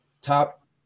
top